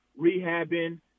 rehabbing